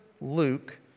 Luke